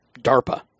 DARPA